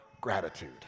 gratitude